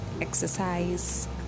exercise